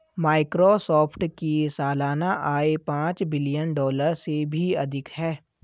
Microsoft की सालाना आय पांच बिलियन डॉलर से भी अधिक है